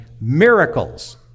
miracles